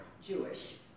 Jewish